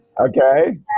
Okay